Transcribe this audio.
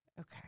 Okay